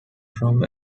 from